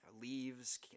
leaves